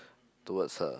towards her